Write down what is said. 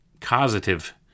causative